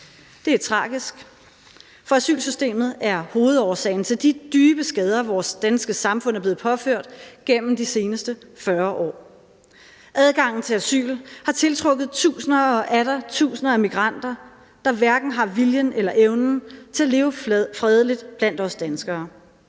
Det er tragisk, for asylsystemet er hovedårsagen til de dybe skader, vores danske samfund er blevet påført gennem de seneste 40 år. Adgangen til asyl har tiltrukket tusinder og atter tusinder af migranter, der hverken har viljen eller evnen til at leve fredeligt blandt os danskere.